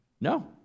No